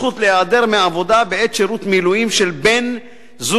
זכות להיעדר מהעבודה בעת שירות מילואים של בן-זוג,